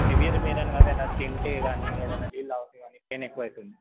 severe pain అని కాదు కానీ అది తింటే గానీ ఏదన్నా నీళ్ళు తాగితే గానీ పెయిన్ ఎక్కువ అవుతుంది